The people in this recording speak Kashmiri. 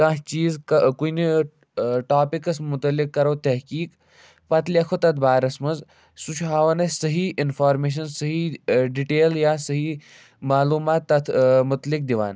کانٛہہ چیٖز کُنہِ ٹاپِکَس مُتعلِق کَرَو تحقیٖق پَتہٕ لیکھو تَتھ بارَس منٛز سُہ چھُ ہاوان اَسہِ صحیح اِنفارمیشَن صحیح ڈِٹیل یا صحیح معلوٗمات تَتھ متعلِق دِوان